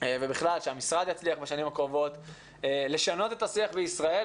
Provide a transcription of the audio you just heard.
ובכלל שהמשרד יצליח בשנים הקרובות לשנות את השיח בישראל.